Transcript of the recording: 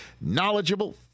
knowledgeable